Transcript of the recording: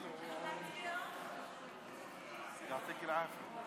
בקשת ועדת הכספים.